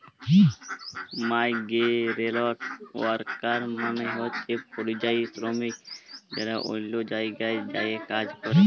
migrant worker মালে হছে পরিযায়ী শরমিক যারা অল্য জায়গায় যাঁয়ে কাজ ক্যরে